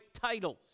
titles